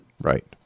Right